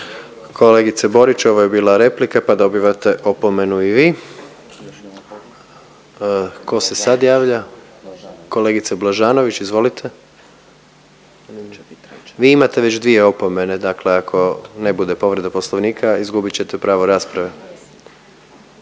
Kolegice Borić, ovo je bila replika pa dobivate opomenu i vi. Tko se sad javlja? Kolegice Blažanović, izvolite. Vi imate već 2 opomene dakle ako ne bude povreda Poslovnika, izgubit ćete pravo rasprave.